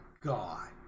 god